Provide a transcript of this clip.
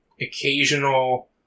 occasional